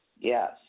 Yes